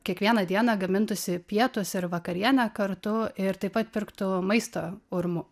kiekvieną dieną gamintųsi pietus ir vakarienę kartu ir taip pat pirktų maistą urmu